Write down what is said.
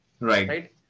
Right